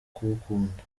kugukunda